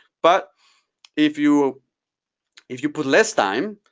but if you if you put less time,